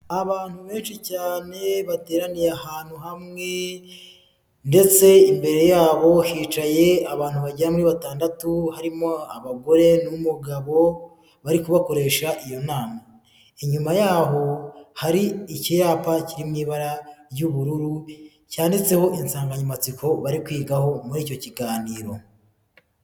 Abantu benshi cyane bateraniye ahantu hamwe, ndetse imbere yabo hicaye abantu bagera muri batandatu harimo abagore n'umugabo bari kubakoresha iyo nama, inyuma yaho hari ikipa kiri mu ibara ry'ubururu cyanditseho insanganyamatsiko bari kwigaho muri icyo kiganiro.